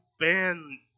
Ban